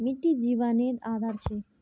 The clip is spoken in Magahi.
मिटटी जिवानेर आधार छे